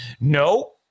No